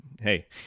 Hey